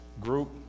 group